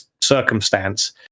circumstance